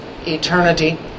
eternity